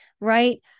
right